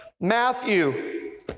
Matthew